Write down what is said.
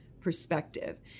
perspective